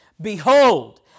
Behold